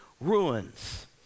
ruins